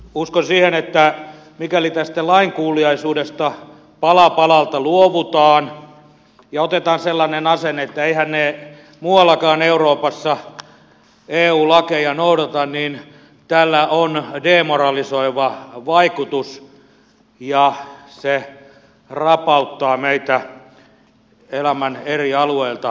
uskon siihen että mikäli tästä lainkuuliaisuudesta pala palalta luovutaan ja otetaan sellainen asenne että eiväthän ne muuallakaan euroopassa eu lakeja noudata niin tällä on demoralisoiva vaikutus ja se rapauttaa meitä elämän eri alueilta kansakuntana